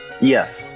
Yes